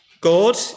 God